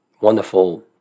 wonderful